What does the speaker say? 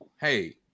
Hey